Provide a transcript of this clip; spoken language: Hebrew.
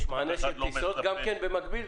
יש מענה של טיסות במקביל?